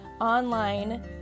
online